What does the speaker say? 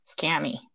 scammy